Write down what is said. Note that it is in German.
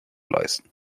leisten